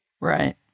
Right